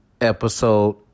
Episode